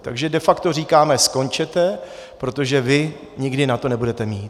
Takže de facto říkáme: Skončete, protože vy nikdy na to nebudeme mít!